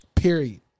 Period